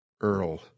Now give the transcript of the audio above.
Earl